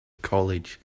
college